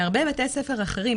בהרבה בתי ספר אחרים,